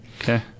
Okay